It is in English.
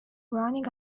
running